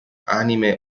anime